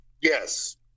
Yes